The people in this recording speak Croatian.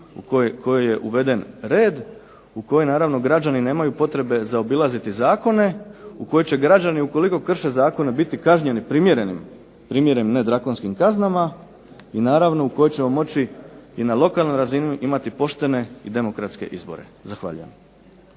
u kojoj je uveden red, u kojoj naravno građani nemaju potrebe zaobilaziti zakone, u kojoj će građani ukoliko krše zakone biti kažnjeni primjerenim, ne drakonskim kaznama i naravno u kojoj ćemo moći i na lokalnoj razini imati poštene i demokratske izbore. Zahvaljujem.